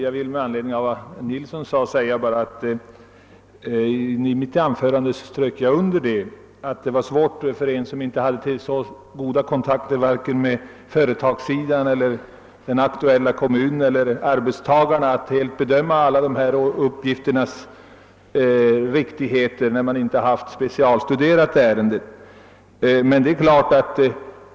Herr talman! Jag strök i mitt anförande under, herr Nilsson i Östersund, att det är svårt för den som inte har så goda kontakter med vare sig företagssidan, den aktuella kommunen eller arbetstagarna att bedöma riktigheten av alla dessa uppgifter utan att ha specialstuderat ämnet.